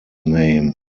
name